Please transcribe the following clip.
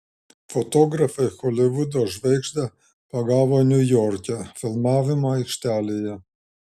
fotografai holivudo žvaigždę pagavo niujorke filmavimo aikštelėje